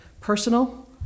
personal